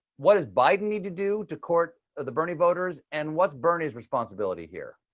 what does biden need to do to court the bernie voters, and what's bernie's responsibility here?